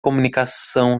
comunicação